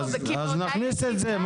אפשר להכניס את זה.